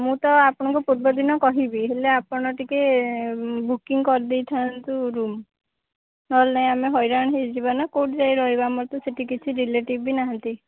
ମୁଁ ତ ଆପଣଙ୍କୁ ପୂର୍ବଦିନ କହିବି ହେଲେ ଆପଣ ଟିକେ ବୁକିଙ୍ଗ କରି ଦେଇଥାନ୍ତୁ ରୁମ୍ ନହେଲେ ନାହିଁ ଆମେ ହଇରାଣ ହେଇଯିବା ନା କେଉଁଠି ଯାଇ ରହିବା ଆମର ତ ସେଠି କିଛି ରିଲେଟିଭ୍ ବି ନାହାନ୍ତି